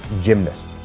gymnast